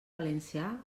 valencià